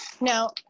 Now